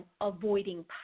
avoiding